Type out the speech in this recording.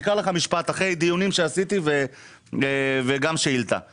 אני אקרא לך משפט אחרי דיונים שעשיתי וגם שאילתה שהגשתי.